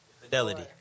fidelity